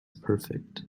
perfect